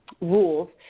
rules